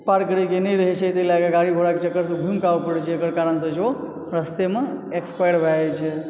पार करय कऽ नहि रहै छै तेहि लऽ कऽ गाड़ी घोड़ा के चक्कर सऽ घुमि के आबय पड़ै छै एकर कारण से लोक रस्ते मे एक्सपायर भऽ जाइ छै